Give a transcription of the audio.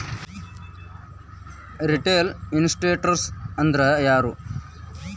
Retail investors ಅಂದ್ರಾ ಯಾರು?